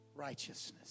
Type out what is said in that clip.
Righteousness